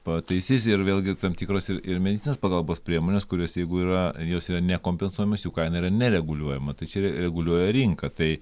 pataisys ir vėlgi tam tikros ir ir medicininės pagalbos priemonės kurios jeigu yra jos yra nekompensuojamos jų kaina yra nereguliuojama tai čia reguliuoja rinka tai